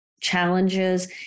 challenges